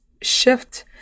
shift